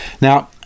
now